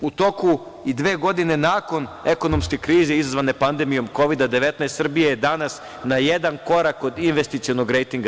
U toku i dve godine nakon ekonomske krize izazvane pandemijom Kovid-19, Srbija je danas na jedan korak od investicionog rejtinga.